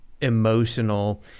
emotional